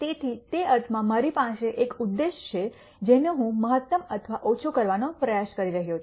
તેથી તે અર્થમાં મારી પાસે એક ઉદ્દેશ છે જેનો હું મહત્તમ અથવા ઓછો કરવાનો પ્રયાસ કરી રહ્યો છું